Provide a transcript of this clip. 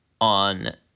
on